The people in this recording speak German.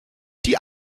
die